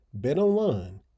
BetOnline